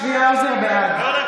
די, שבי, בבקשה.